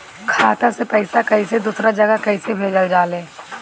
खाता से पैसा कैसे दूसरा जगह कैसे भेजल जा ले?